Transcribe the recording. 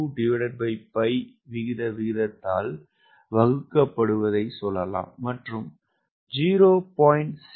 02π விகித விகிதத்தால் வகுக்கப்படுவதைச் சொல்லலாம் மற்றும் 0